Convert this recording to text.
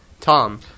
Tom